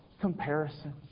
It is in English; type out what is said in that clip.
comparison